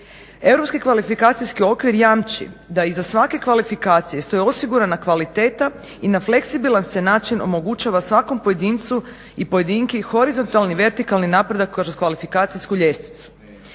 Europski kvalifikacijski okvir jamči da iza svake kvalifikacije stoji osigurana kvaliteta i na fleksibilan se način omogućava svakom pojedincu i pojedinki horizontalni i vertikalni napredak kroz kvalifikacijsku ljestvicu.